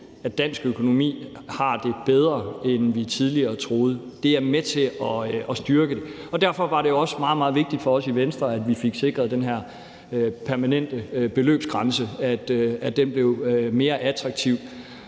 at dansk økonomi har det bedre, end vi tidligere troede. Det er med til at styrke den. Derfor var det også meget, meget vigtigt for os i Venstre, at vi fik sikret den her permanente beløbsgrænse, altså at den blev mere attraktiv.